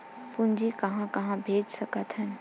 पूंजी कहां कहा भेज सकथन?